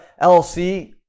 LLC